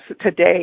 today